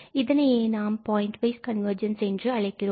இதனையே நாம் point wise convergence என்று அழைக்கிறோம்